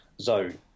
zone